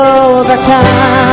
overcome